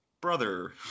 brother